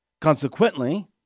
Consequently